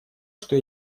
что